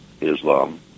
Islam